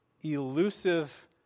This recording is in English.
elusive